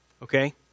okay